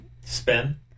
Spin